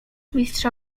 mistrza